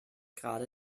gerade